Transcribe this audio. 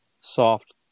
soft